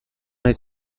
nahi